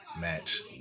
match